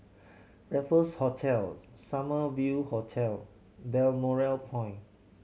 Raffles Hotel Summer View Hotel Balmoral Point